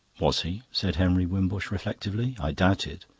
was he? said henry wimbush reflectively. i doubt it.